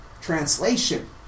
translation